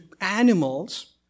animals